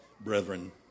Brethren